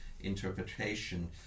interpretation